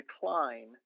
decline